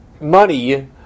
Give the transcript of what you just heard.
money